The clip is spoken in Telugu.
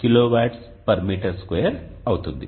33 kW m2 అవుతుంది